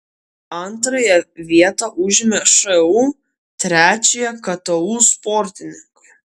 antrąją vietą užėmė šu trečiąją ktu sportininkai